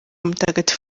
mutagatifu